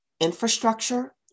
infrastructure